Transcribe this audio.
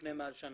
לפני מעל לשנה.